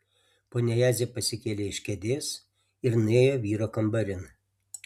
ponia jadzė pasikėlė iš kėdės ir nuėjo vyro kambarin